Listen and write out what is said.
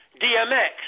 DMX